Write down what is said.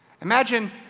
Imagine